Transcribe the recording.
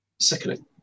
sickening